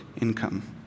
income